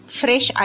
fresh